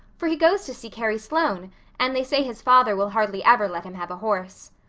for he goes to see carrie sloane and they say his father will hardly ever let him have a horse.